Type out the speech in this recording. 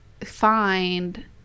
find